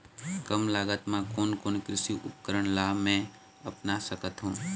कम लागत मा कोन कोन कृषि उपकरण ला मैं अपना सकथो?